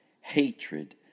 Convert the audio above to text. hatred